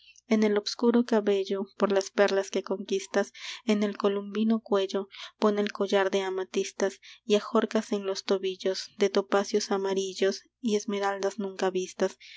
en el obscuro cabello pon las perlas que conquistas en el columbino cuello pon el collar de amatistas y ajorcas en los tobillos de topacios amarillos y esmeraldas nunca vistas